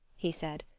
he said.